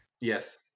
Yes